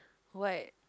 what